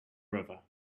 river